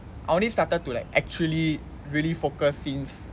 I only started to like actually really focus since